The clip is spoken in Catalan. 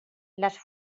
les